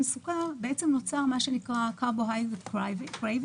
סוכר נוצר מה שנקרא Carbohydrate craving,